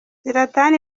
zlatan